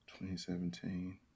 2017